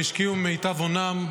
וחצי שהשקיעו ממיטב הונם,